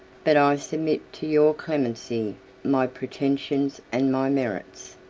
but i submit to your clemency my pretensions and my merits.